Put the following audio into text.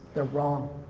they're wrong.